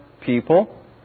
people